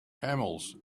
camels